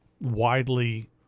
widely